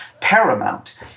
paramount